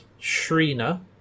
shrina